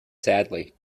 sadly